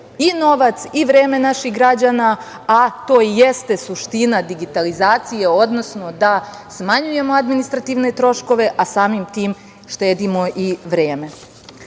i novac i vreme naših građana, a to jeste suština digitalizacije, odnosno da smanjujemo administrativne troškove, a samim tim štedimo i vreme. Ovakvi